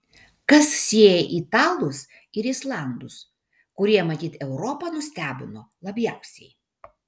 kas sieja italus ir islandus kurie matyt europą nustebino labiausiai